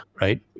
right